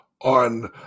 on